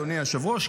אדוני היושב-ראש,